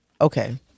okay